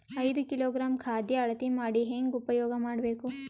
ಐದು ಕಿಲೋಗ್ರಾಂ ಖಾದ್ಯ ಅಳತಿ ಮಾಡಿ ಹೇಂಗ ಉಪಯೋಗ ಮಾಡಬೇಕು?